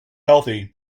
healthy